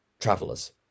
travelers